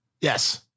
Yes